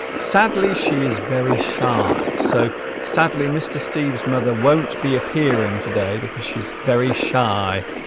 sadly she is very shy so sadly mr. steve's mother won't be appearing today because she's very shy